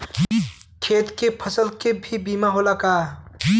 खेत के फसल के भी बीमा होला का?